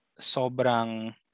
sobrang